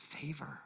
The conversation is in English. favor